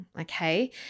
okay